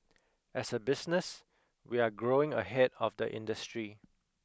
as a business we're growing ahead of the industry